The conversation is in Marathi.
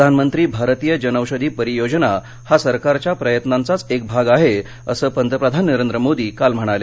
प्रधानमंत्री भारतीय जनौषधी परियोजना हा सरकारच्या प्रयत्नांचाच एक भाग आहे असं पंतप्रधान नरेंद्र मोदी काल म्हणाले